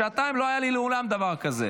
בשעתיים, לא היה לי מעולם דבר כזה.